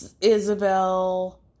Isabel